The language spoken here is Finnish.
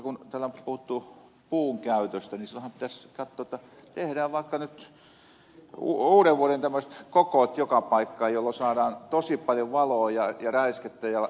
kun täällä on puhuttu puun käytöstä niin silloinhan pitäisi minusta katsoa että tehdään vaikka tämmöiset uudenvuodenkokot joka paikkaan jolloin saadaan tosi paljon valoa ja räiskettä ja ed